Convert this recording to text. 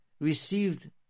received